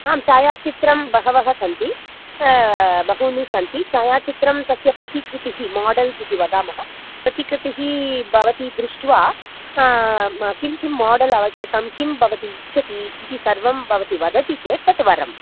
आं छायाचित्रं बहवः सन्ति बहूनि सन्ति छायाचित्रं तस्य प्रतिकृतिः माडेल्स् इति वदामः प्रतिकृतीः भवती दृष्ट्वा किं किं माडेल् आवश्यकं किं भवती इच्छति इति सर्वं भवती वदति चेत् तत् वरम्